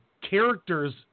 characters